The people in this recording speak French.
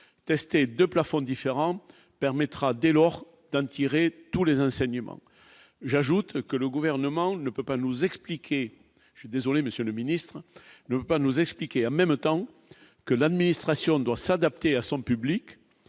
tester de plafonds différents permettra dès lors d'un Tir tous les hein saignement j'ajoute que le gouvernement ne peut pas nous expliquer, je suis désolé, monsieur le ministre, ne pas nous expliquer en même temps que l'administration doit s'adapter à son public